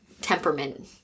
temperament